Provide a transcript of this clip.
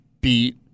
beat